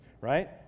right